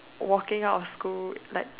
walking out of school like